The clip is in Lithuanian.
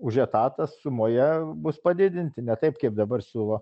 už etatą sumoje bus padidinti ne taip kaip dabar siūlo